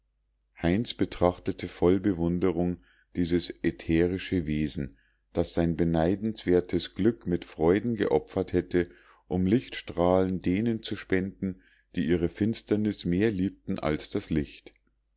heinz betrachtete voll bewunderung dieses ätherische wesen das sein beneidenswertes glück mit freuden geopfert hätte um lichtstrahlen zu spenden denen die ihre finsternis mehr liebten als das licht